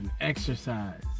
exercise